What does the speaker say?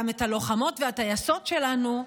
גם את הלוחמות והטייסות שלנו,